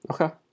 Okay